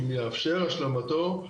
אם תתאפשר השלמתו,